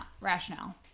rationale